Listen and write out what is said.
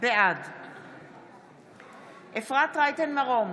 בעד אפרת רייטן מרום,